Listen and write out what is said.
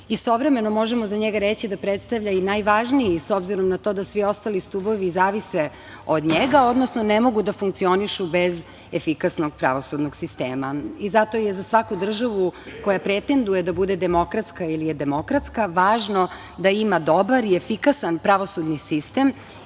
istovremeno možemo za njega reći da predstava i najvažniji, s obzirom na to da svi ostali stubovi zavise od njega, odnosno ne mogu da funkcionišu bez efikasnog pravosudnog sistema. Zato je za svaku državu koja pretenduje da bude demokratska ili je demokratska važno da ima dobar i efikasan pravosudni sistem